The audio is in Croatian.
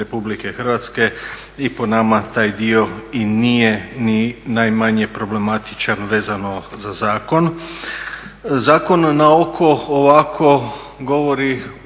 Vlade RH i po nama taj dio i nije najmanje problematičan vezano za zakon. Zakon na oko ovako govori